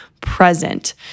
present